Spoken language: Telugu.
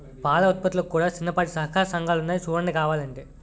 పాల ఉత్పత్తులకు కూడా చిన్నపాటి సహకార సంఘాలున్నాయి సూడండి కావలంటే